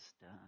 done